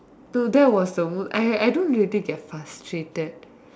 so that was the most I I don't really get frustrated